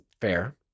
fair